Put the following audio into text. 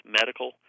medical